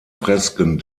fresken